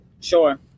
Sure